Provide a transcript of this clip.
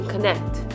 Connect